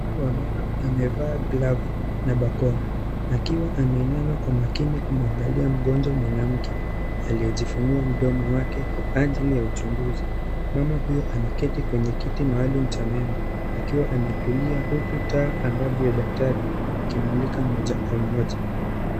Daktari wa meno amevaa glavu na barakoa akiwa ameinama kwa makini kumwangalia mgonjwa mwanamke aliyejifungua mdomo wake kwa ajili ya uchunguzi. Mama huyo ameketi kwenye kiti maalum cha meno akiwa ametulia huku taa angabu ya daktari yakimulika moja kwa moja.